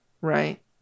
right